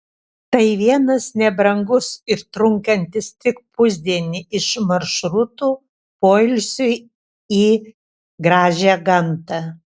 tai vienas nebrangus ir trunkantis tik pusdienį iš maršrutų poilsiui į gražią gamtą